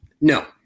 No